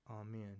Amen